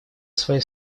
своей